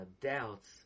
doubts